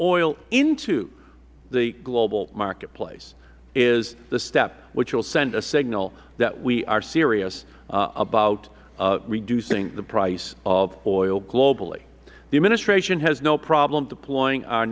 oil into the global marketplace is the step which will send a signal that we are serious about reducing the price of oil globally the administration has no problem deploying our